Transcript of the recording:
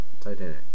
Titanic